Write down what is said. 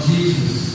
Jesus